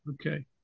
Okay